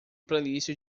playlist